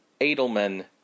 Edelman